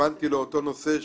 התכוונתי לאותו הנושא.